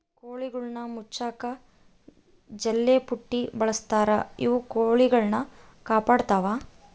ಕೋಳಿಗುಳ್ನ ಮುಚ್ಚಕ ಜಲ್ಲೆಪುಟ್ಟಿ ಬಳಸ್ತಾರ ಇವು ಕೊಳಿಗುಳ್ನ ಕಾಪಾಡತ್ವ